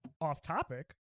off-topic